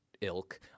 ilk